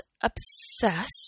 obsess